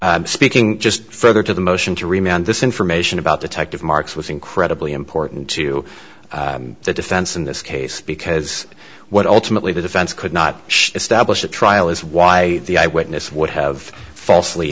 speaking just further to the motion to remind this information about detective marks was incredibly important to the defense in this case because what ultimately the defense could not establish a trial is why the eyewitness would have falsely